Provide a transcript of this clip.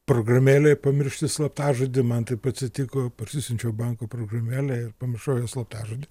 programėlėj pamiršti slaptažodį man taip atsitiko parsisiunčiau banko programėlę ir pamiršau jos slaptažodį